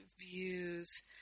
views